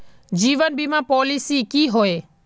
जीवन बीमा पॉलिसी की होय?